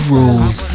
Rules